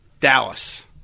Dallas